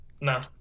no